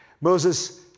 Moses